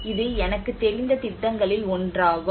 இது எனக்குத் தெரிந்த திட்டங்களில் ஒன்றாகும்